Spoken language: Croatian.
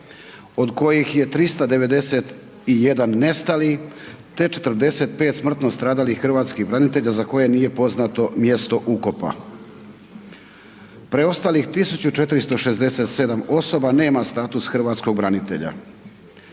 od koji he 391 nestali te 45 smrtno stradalih hrvatskih branitelja za koje nije poznato mjesto ukopa. Preostalih 1467 osoba nema status hrvatskog branitelja.